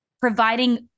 providing